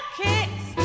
kicks